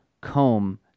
comb